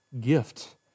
gift